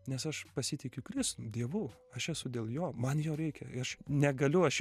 nes aš pasitikiu kristum dievu aš esu dėl jo man jo reikia ir aš negaliu aš